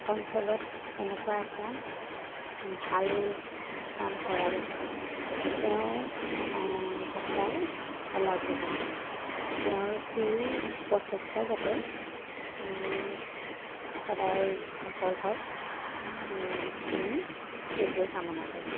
অঞ্চলত এনেকুৱা এটা ভাল কাম কৰাৰ বাবে তেওঁক সঁচাই শলাগ ল'বলগীয়া তেওঁৰ এই প্ৰচেষ্টা যাতে সদায় সফল হওক আমি সেইটোৱে কামনা কৰোঁ